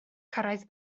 cyrraedd